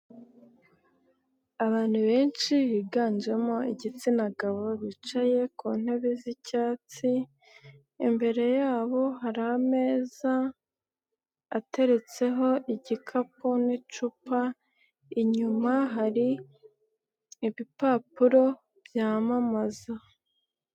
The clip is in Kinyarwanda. Abantu benshi biganjemo igitsina gabo, bicaye ku ntebe z'icyatsi, imbere yabo hari ameza, ateretseho igikapu n'icupa, inyuma hari ibipapuro, byamamaza.